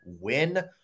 win